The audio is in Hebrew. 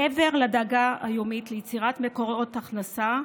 מעבר לדאגה היומית ליצירת מקורות הכנסה,